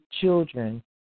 children